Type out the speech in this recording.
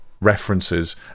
references